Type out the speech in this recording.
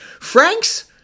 Frank's